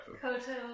Koto